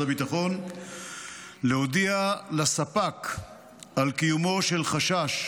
הביטחון להודיע לספק על קיומו של חשש